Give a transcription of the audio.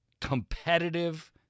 competitive